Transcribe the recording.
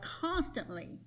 constantly